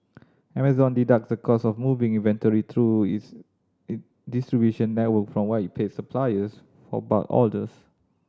Amazon deduct the cost of moving inventory through its distribution network from what it pays suppliers for bulk orders